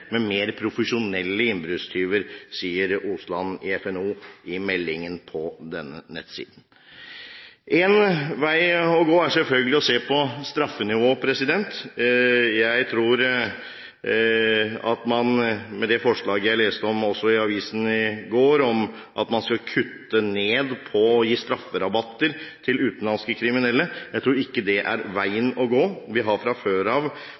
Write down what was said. med mer profesjonelle innbruddstyver.» Dette sier Osland i FNO på denne nettsiden. Én vei å gå er selvfølgelig å se på straffenivået. Jeg tror ikke at det forslaget jeg leste om i avisen i går, at man skulle kutte ned på å gi strafferabatter til utenlandske kriminelle, er veien å gå. Vi har fra før av